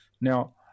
Now